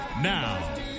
Now